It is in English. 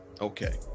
Okay